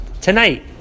Tonight